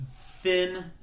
thin